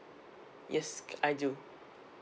yes I do